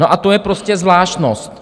No a to je prostě zvláštnost.